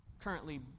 currently